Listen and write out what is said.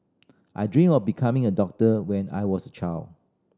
I dreamt of becoming a doctor when I was a child